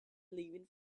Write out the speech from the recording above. leaving